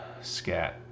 Scat